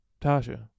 Tasha